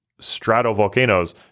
stratovolcanoes